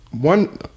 one